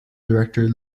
director